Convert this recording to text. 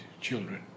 children